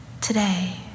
Today